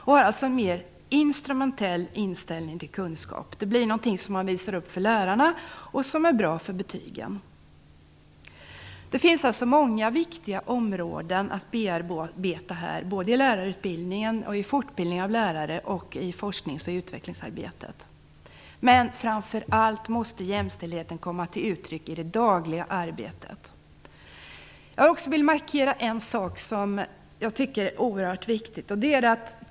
De har alltså en mer instrumentell inställning till kunskap. Det blir någonting som man visar upp för lärarna och som är bra för betygen. Det finns alltså många viktiga områden att bearbeta i lärarutbildningen, i fortbildningen av lärare och i forsknings och utvecklingsarbetet. Men framför allt måste jämställdheten komma till uttryck i det dagliga arbetet. Jag vill också markera en sak som jag tycker är oerhört viktig.